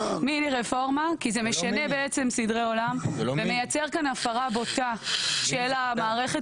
כי זה משנה סדרי עולם ומייצר כאן הפרה בוטה של מערכת